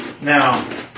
Now